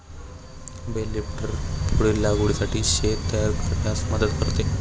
bell lifter पुढील लागवडीसाठी शेत तयार करण्यास मदत करते